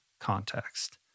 context